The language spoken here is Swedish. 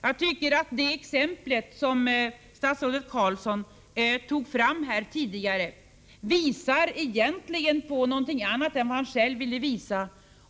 Jag tycker att det exempel som statsrådet Carlsson tog fram här tidigare egentligen visar någonting annat än det han själv ville visa.